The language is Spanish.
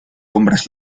hombres